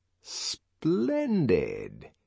Splendid